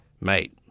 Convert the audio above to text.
Mate